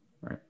right